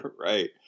Right